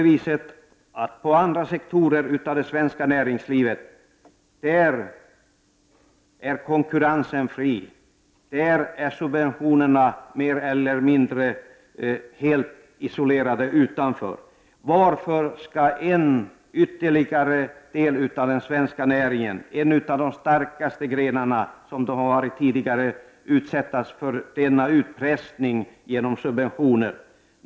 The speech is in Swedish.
Inom andra sektorer av det svenska näringslivet är konkurrensen fri. Där är subventionerna mer eller mindre isolerade utanför. Varför skall ytterligare en del av den svenska näringen, den som har utgjort en av de starkaste grenarna, utsättas för denna utpressning genom subventioner?